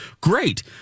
Great